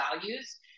values